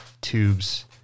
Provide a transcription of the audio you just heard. tubes